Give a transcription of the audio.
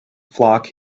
flock